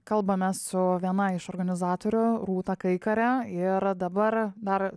kalbamės su viena iš organizatorių rūta kai kare ir dabar dar